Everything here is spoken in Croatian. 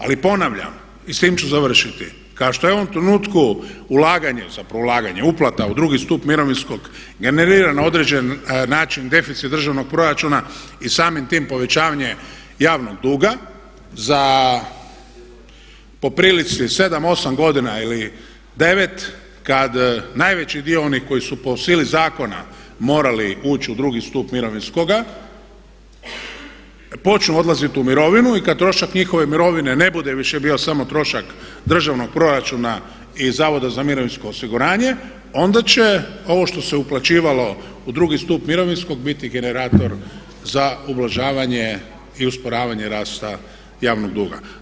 Ali ponavljam, i s tim ću završiti, kao što je u ovom trenutku ulaganje, zapravo uplata u drugi stup mirovinskog generira na određeni način deficit državnog proračuna i samim tim povećavanje javnog duga za po prilici 7, 8 godina ili 9 kad najveći dio onih koji su po sili zakona morali ući u drugi stup mirovinskoga počnu odlaziti u mirovinu i kad trošak njihove mirovine ne bude više bio samo trošak državnog proračuna i Zavoda za mirovinsko osiguranje onda će ovo što se uplaćivalo u drugi stup mirovinskog biti generator za ublažavanje i usporavanje rasta javnog duga.